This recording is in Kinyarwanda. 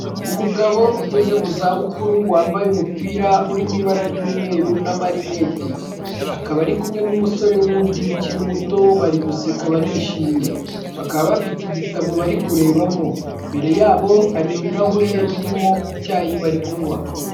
Umugabo ugeze mu za bukuru wambaye umupira uri mu ibara ry'umweru na marinete akaba ari kumwe n'umusore wundi ukiri muto bari guseka barishimye, bakaba bafite igitabo bari kurebamo imbere yabo hari ibirahure birimo icyayi bari kunywa.